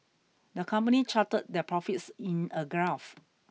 the company charted their profits in a graph